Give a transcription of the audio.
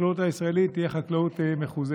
החקלאות הישראלית תהיה חקלאות מחוזקת.